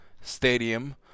stadium